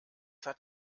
hat